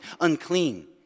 unclean